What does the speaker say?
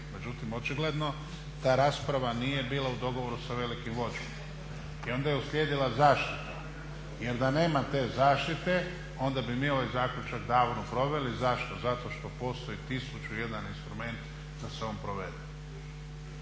Međutim očigledno ta rasprava nije bila u dogovoru sa velikim vođom i onda je uslijedila zaštita jer da nema te zaštite onda bi mi ovaj zaključak davno proveli. Zašto? zato što postoj tisuću i jedan instrument da se on provede.